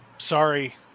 sorry